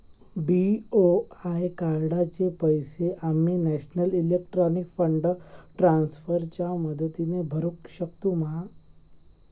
BOI कार्डाचे पैसे आम्ही नेशनल इलेक्ट्रॉनिक फंड ट्रान्स्फर च्या मदतीने भरुक शकतू मा?